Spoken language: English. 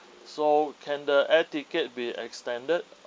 so can the air ticket be extended